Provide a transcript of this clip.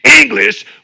English